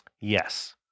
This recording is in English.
Yes